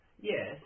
Yes